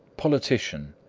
politician,